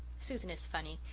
susan is funny,